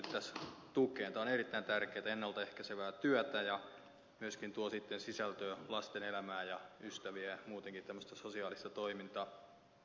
tämä on erittäin tärkeätä ennalta ehkäisevää työtä ja myöskin tuo sitten sisältöä lasten elämään ja ystäviä ja muutenkin tämmöistä sosiaalista toimintaa